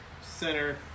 Center